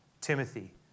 Timothy